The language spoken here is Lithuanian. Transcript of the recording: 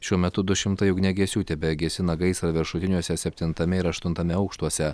šiuo metu du šimtai ugniagesių tebegęsina gaisrą viršutiniuose septintame ir aštuntame aukštuose